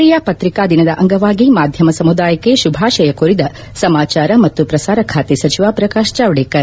ರಾಷ್ಷೀಯ ಪ್ರತಿಕಾ ದಿನದ ಅಂಗವಾಗಿ ಮಾಧ್ಯಮ ಸಮುದಾಯಕ್ಷೆ ಶುಭಾಶಯ ಕೋರಿದ ಸಮಾಚಾರ ಮತ್ತು ಪ್ರಸಾರ ಖಾತೆ ಸಚಿವ ಪ್ರಕಾಶ್ ಜಾವಡೇಕರ್